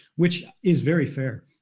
which is very fair,